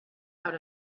out